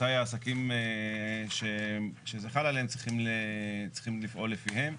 מתי העסקים שזה חל עליהם צריכים לפעול לפיהם.